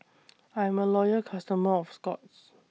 I'm A Loyal customer of Scott's